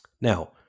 Now